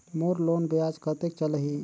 मोर loan ब्याज कतेक चलही?